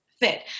fit